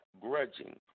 grudging